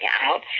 out